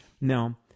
Now